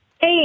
Hey